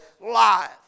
life